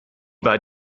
bei